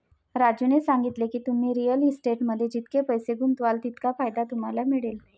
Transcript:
राजूने सांगितले की, तुम्ही रिअल इस्टेटमध्ये जितके पैसे गुंतवाल तितका फायदा तुम्हाला मिळेल